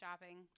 shopping